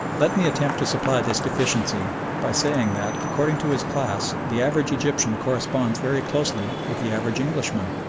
let me attempt to supply this deficiency, by saying that, according to his class, the average egyptian corresponds very closely with the average englishman.